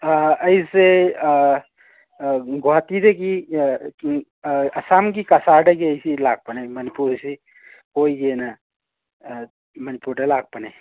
ꯑꯩꯁꯦ ꯒꯨꯍꯥꯇꯤꯗꯒꯤ ꯑꯁꯥꯝꯒꯤ ꯀꯁꯥꯔꯗꯒꯤꯅꯤ ꯁꯤ ꯂꯥꯛꯄꯅꯦ ꯃꯅꯤꯄꯨꯔꯁꯤ ꯀꯣꯏꯒꯦꯅ ꯃꯅꯤꯄꯨꯔꯗ ꯂꯥꯛꯄꯅꯦ